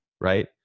right